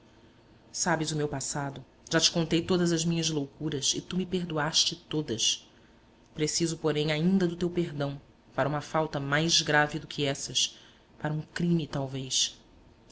sabes o meu passado já te contei todas as minhas loucuras e tu me perdoaste todas preciso porém ainda do teu perdão para uma falta mais grave do que essas para um crime talvez